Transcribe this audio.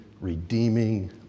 redeeming